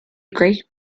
great